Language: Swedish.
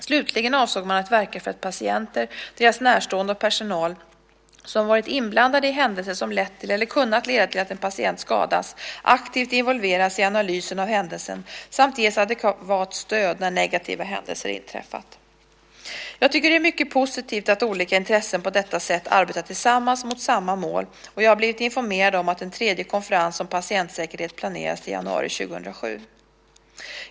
Slutligen avsåg man att verka för att patienter, deras närstående och personal, som varit inblandade i händelser som lett till eller kunnat leda till att en patient skadas, aktivt involveras i analysen av händelsen samt ges adekvat stöd när negativa händelser inträffat. Jag tycker att det är mycket positivt att olika intressen på detta sätt arbetar tillsammans mot samma mål, och jag har blivit informerad om att en tredje konferens om patientsäkerhet planeras till januari 2007.